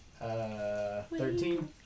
thirteen